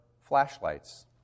flashlights